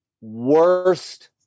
Worst